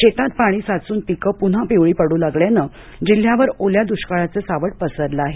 शेतात पाणी साचून पिके पुन्हा पिवळी पडू लागली असल्यानं जिल्ह्यावर ओल्या दुष्काळाचं सावट पसरलं आहे